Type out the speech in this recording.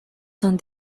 son